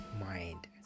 mind